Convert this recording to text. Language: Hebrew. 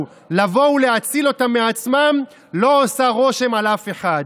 לבוא ולהציל אותם מעצמם לא עושה רושם על אף אחד.